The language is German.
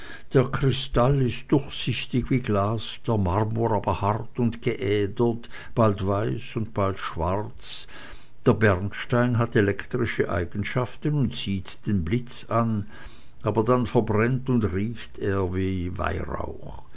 der kristall ist durchsichtig wie glas der marmor aber hart und geädert bald weiß und bald schwarz der bernstein hat elektrische eigenschaften und ziehet den blitz an aber dann verbrennt er und riecht wie weihrauch